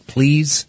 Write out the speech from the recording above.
Please